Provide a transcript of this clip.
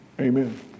Amen